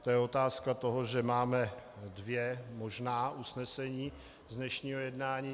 To je otázka toho, že máme dvě možná usnesení z dnešního jednání.